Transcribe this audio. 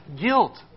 guilt